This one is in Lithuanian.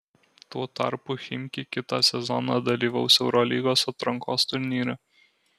tuo tarpu chimki kitą sezoną dalyvaus eurolygos atrankos turnyre